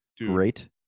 great